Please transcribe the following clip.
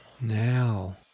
Now